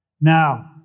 Now